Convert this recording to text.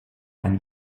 ein